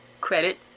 credit